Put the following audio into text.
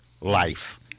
life